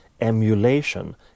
Emulation